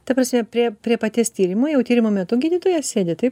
ta prasme prie prie paties tyrimo jau tyrimo metu gydytojas sėdi taip